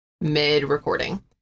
mid-recording